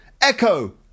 Echo